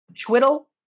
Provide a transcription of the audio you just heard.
Twiddle